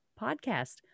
Podcast